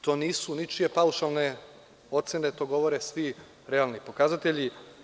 To nisu ničije paušalne ocene, to govore svi realni pokazatelji.